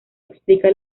explica